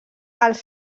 als